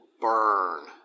burn